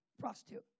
prostitute